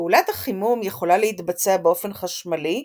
פעולת החימום יכולה להתבצע באופן חשמלי,